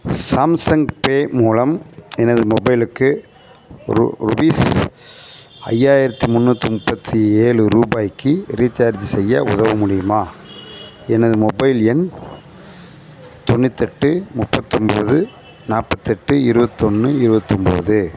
Samsung Pay மூலம் எனது மொபைலுக்கு ரு ருபிஸ் ஐயாயிரத்தி முந்நூற்றி முப்பத்தி ஏழு ரூபாய்க்கு ரீசார்ஜ் செய்ய உதவ முடியுமா எனது மொபைல் எண் தொண்ணூற்றெட்டு முப்பத்தொன்போது நாற்பத்தெட்டு இருவத்தொன்று இருவத்தொம்பது